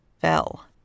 fell